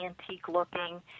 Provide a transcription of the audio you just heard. antique-looking